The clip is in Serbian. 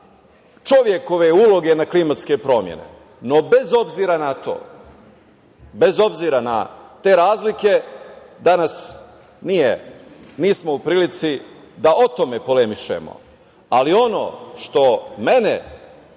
čovekove uloge na klimatske promene. No, bez obzira na to, bez obzira na te razlike, danas nismo u prilici da o tome polemišemo, ali ono što mene,